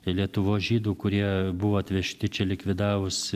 lietuvos žydų kurie buvo atvežti čia likvidavus